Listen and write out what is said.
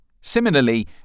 Similarly